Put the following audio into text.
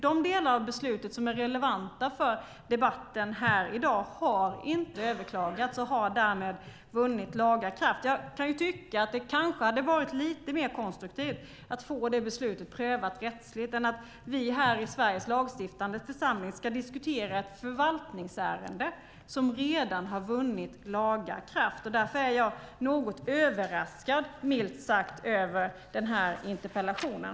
De delar av beslutet som är relevanta för debatten här i dag har inte överklagats och har därmed vunnit laga kraft. Jag kan tycka att det kanske hade varit lite mer konstruktivt att få det beslutet prövat rättsligt än att vi här i Sveriges lagstiftande församling ska diskutera ett förvaltningsärende som redan har vunnit laga kraft. Därför är jag något överraskad, milt sagt, över den här interpellationen.